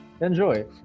Enjoy